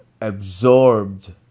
absorbed